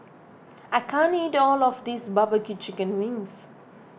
I can't eat all of this Barbecue Chicken Wings